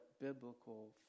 biblical